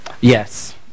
Yes